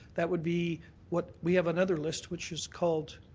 that would be what we have another list, which is called